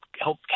help